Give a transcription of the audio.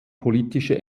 politische